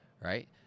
right